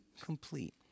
complete